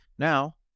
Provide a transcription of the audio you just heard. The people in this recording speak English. Now